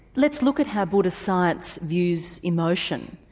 let's look at how buddhist science views emotion.